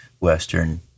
Western